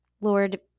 Lord